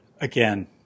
Again